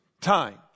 time